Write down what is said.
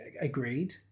Agreed